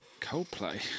Coldplay